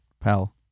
pal